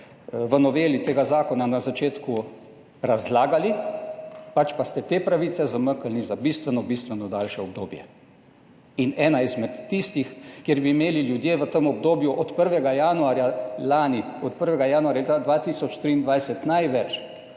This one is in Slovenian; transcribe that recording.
v noveli tega zakona na začetku razlagali, pač pa ste te pravice zamaknili za bistveno, bistveno daljše obdobje. In ena izmed tistih, kjer bi imeli ljudje v tem obdobju od 1. januarja lani, od 1. januarja 2023, največ,